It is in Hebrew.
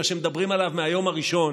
מה שמדברים עליו מהיום הראשון,